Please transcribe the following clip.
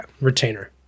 Retainer